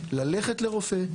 ללכת לרופא,